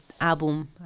album